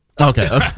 okay